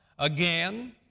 Again